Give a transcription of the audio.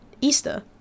Easter